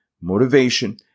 motivation